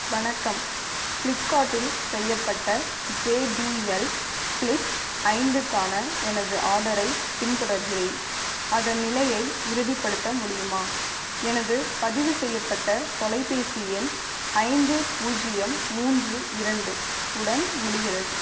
வணக்கம் ஃப்ளிப்கார்ட்டில் செய்யப்பட்ட ஜே பி எல் ஃப்ளிப் ஐந்துக்கான எனது ஆர்டரை பின்தொடர்கிறேன் அதன் நிலையை உறுதிப்படுத்த முடியுமா எனது பதிவுசெய்யப்பட்ட தொலைபேசி எண் ஐந்து பூஜ்ஜியம் மூன்று இரண்டு உடன் முடிகிறது